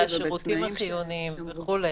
השירותים החיוניים וכו'.